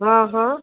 आं हां